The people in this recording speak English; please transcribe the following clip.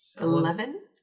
Eleven